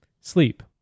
Sleep